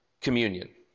communion